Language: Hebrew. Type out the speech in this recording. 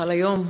שחל היום.